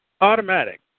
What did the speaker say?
automatic